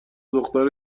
دختر